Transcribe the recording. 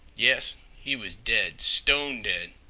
yes, he was dead stone dead.